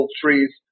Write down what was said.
trees